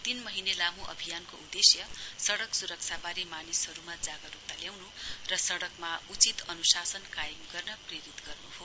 तीन महीने लामो अभियानको उदेश्य सड़क सुरक्षावारे मानिसहरुमा जागरुकता ल्याउनु र सड़कमा उचित अनुशासन कायम गर्न प्रेरित गर्नु हो